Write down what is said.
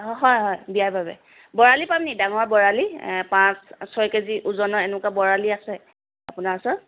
অঁ হয় হয় বিয়াৰ বাবে বৰালি পাম নেকি ডাঙৰ বৰালি পাঁচ ছয় কেজি এনেকুৱা ওজনৰ বৰালী আছে আপোনাৰ ওচৰত